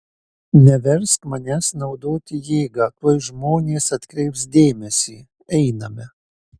neversk manęs naudoti jėgą tuoj žmonės atkreips dėmesį einame